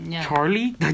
Charlie